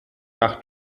nach